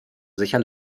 sicher